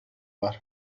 var